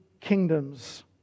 kingdoms